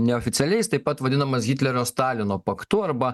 neoficialiai jis taip pat vadinamas hitlerio stalino paktu arba